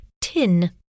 Tin